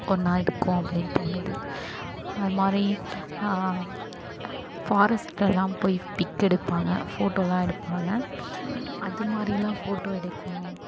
ஒன்றா இருக்கோம் அப்படின்னு தோணுது அதுமாதிரி ஃபாரஸ்ட்லெல்லாம் போய் பிக் எடுப்பாங்க ஃபோட்டோவெல்லாம் எடுப்பாங்க அதுமாதிரிலாம் ஃபோட்டோ எடுக்கணும்